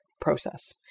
process